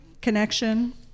connection